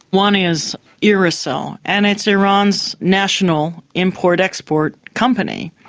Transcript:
one is irisl, and it's iran's national import export company.